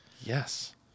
Yes